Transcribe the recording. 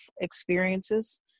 experiences